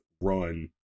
run